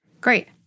Great